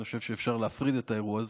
אני חושב שאפשר להפריד את האירוע הזה.